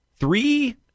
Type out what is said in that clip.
Three